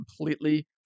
completely